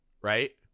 right